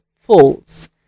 false